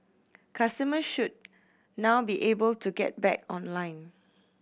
customers should now be able to get back online